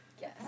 Yes